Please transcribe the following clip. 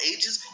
Ages